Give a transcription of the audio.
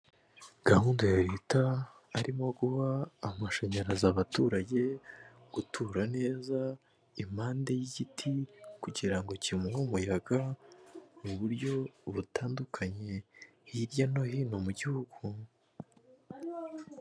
Gahunda ya leta harimo guha amashanyarazi abaturage, gutura neza impande y'igiti kugira ngo kimuhe umuyaga, mu buryo butandukanye hirya no hino mu gihugu.